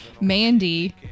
Mandy